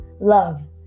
love